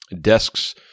desks